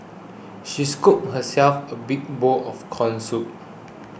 she scooped herself a big bowl of Corn Soup